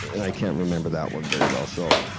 and i can't remember that one very well, so,